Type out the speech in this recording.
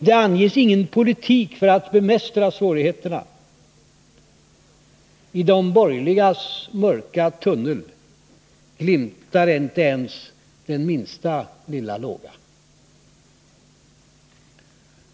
Det anges ingen politik för att bemästra svårigheterna. I de borgerligas mörka tunnel glimtar inte ens den minsta lilla låga.